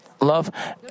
love